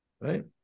right